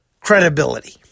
credibility